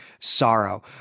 sorrow